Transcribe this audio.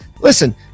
listen